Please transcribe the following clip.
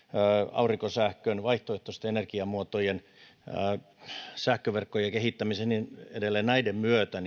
aurinkosähkön vaihtoehtoisten energiamuotojen ja sähköverkkojen kehittämisen ja niin edelleen myötä